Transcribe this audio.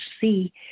see